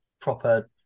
proper